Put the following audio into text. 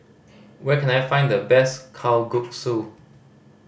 where can I find the best Kalguksu